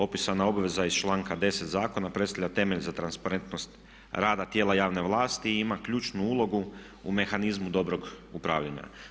Opisana objava iz članka 10. zakona predstavlja temelj za transparentnost rada tijela javne vlasti i ima ključnu ulogu u mehanizmu dobrog upravljanja.